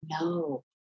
No